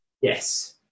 Yes